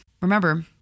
remember